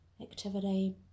activity